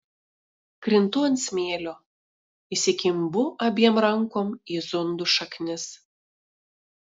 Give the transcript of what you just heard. krintu ant smėlio įsikimbu abiem rankom į zundų šaknis